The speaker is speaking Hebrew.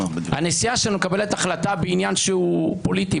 הנשיאה שלנו מקבלת החלטה בעניין שהוא פוליטי,